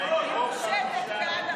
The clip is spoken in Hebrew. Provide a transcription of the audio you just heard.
יד מושטת בעד החוק.